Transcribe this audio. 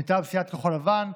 מטעם סיעת כחול לבן: